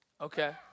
Okay